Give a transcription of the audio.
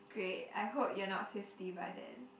great I hope you're not fifty by then